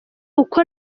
uko